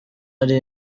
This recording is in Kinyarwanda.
hari